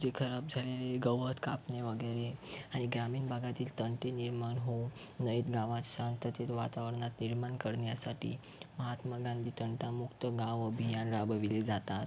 जे खराब झालेले गवत कापणी वगैरे आणि ग्रामीण भागातील तंटे निर्माण होऊ नयेत गावात शांततेत वातावरणात निर्माण करण्यासाठी महात्मा गांधी तंटामुक्त गाव अभियान राबविले जातात